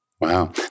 Wow